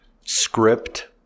script